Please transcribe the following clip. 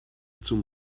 zum